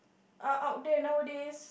are out there nowadays